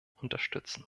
unterstützen